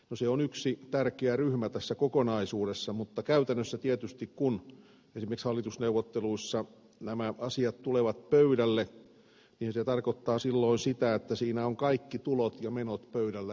no ne ovat yksi tärkeä ryhmä tässä kokonaisuudessa mutta käytännössä tietysti kun esimerkiksi hallitusneuvotteluissa nämä asiat tulevat pöydälle se tarkoittaa silloin sitä että siinä ovat kaikki tulot ja menot pöydällä yhtä aikaa